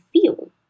feel